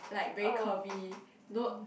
like very curvy no